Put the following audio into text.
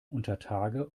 untertage